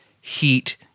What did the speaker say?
heat